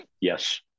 yes